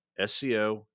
SEO